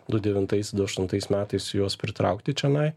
du devintais du aštuntais metais juos pritraukti čionai